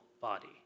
body